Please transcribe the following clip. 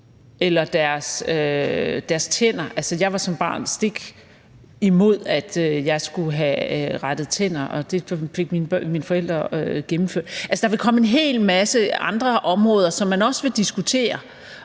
eller deres tænder? Jeg var som barn stik imod, at jeg skulle have rettet tænder, og det fik mine forældre gennemført. Altså, der vil komme en hel masse andre områder, som man også vil diskutere.